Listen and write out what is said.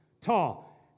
tall